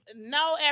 no